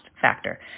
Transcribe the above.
factor